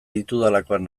ditudalakoan